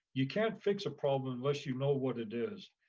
you can't fix a problem unless you know what it is.